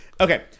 Okay